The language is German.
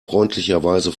freundlicherweise